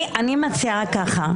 אני מציעה ככה,